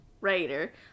writer